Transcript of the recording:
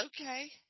Okay